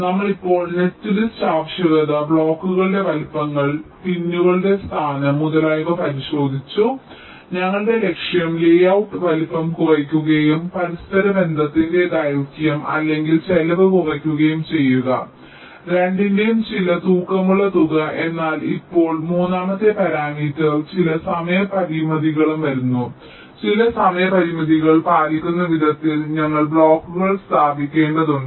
നമ്മൾ ഇപ്പോൾ നെറ്റ്ലിസ്റ്റ് ആവശ്യകത ബ്ലോക്കുകളുടെ വലുപ്പങ്ങൾ പിന്നുകളുടെ സ്ഥാനം മുതലായവ പരിശോധിച്ചു ഞങ്ങളുടെ ലക്ഷ്യം ലേഔട്ട് വലുപ്പം കുറയ്ക്കുകയും പരസ്പരബന്ധത്തിന്റെ ദൈർഘ്യം അല്ലെങ്കിൽ ചെലവ് കുറയ്ക്കുകയും ചെയ്യുക രണ്ടിന്റെയും ചില തൂക്കമുള്ള തുക എന്നാൽ ഇപ്പോൾ മൂന്നാമത്തെ പാരാമീറ്റർ ചില സമയ പരിമിതികളും വരുന്നു ചില സമയ പരിമിതികൾ പാലിക്കുന്ന വിധത്തിൽ ഞങ്ങൾ ബ്ലോക്കുകൾ സ്ഥാപിക്കേണ്ടതുണ്ട്